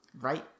Right